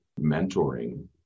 mentoring